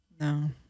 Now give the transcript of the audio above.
No